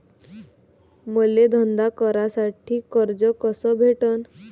मले धंदा करासाठी कर्ज कस भेटन?